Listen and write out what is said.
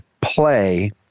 play